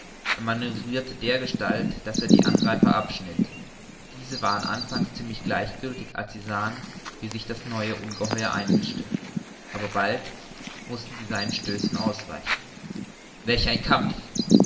manövrierte dergestalt daß er die angreifer abschnitt diese waren anfangs ziemlich gleichgiltig als sie sahen wie sich das neue ungeheuer einmischte aber bald mußten sie seinen stößen ausweichen welch ein kampf